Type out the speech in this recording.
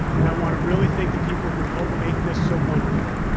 and i wanna really thank the people who helped make this so wonderful.